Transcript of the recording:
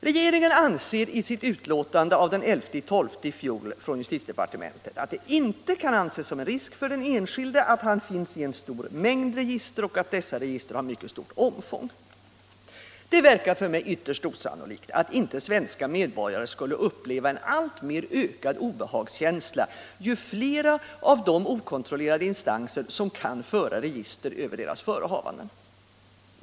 Regeringen anser i ett utlåtande av den 11 december i fjol från justitiedepartementet, att det inte kan anses som en risk för den enskilde att han finns i en stor mängd register och att dessa register har mycket stort omfång. Det verkar för mig ytterst osannolikt att inte svenska medborgare skulle uppleva en alltmer ökad obehagskänsla, ju fler av dem okontrollerade instanser som kan föra register över deras förehavanden.